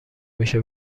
میشه